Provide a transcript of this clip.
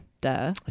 duh